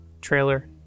Trailer